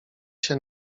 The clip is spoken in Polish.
się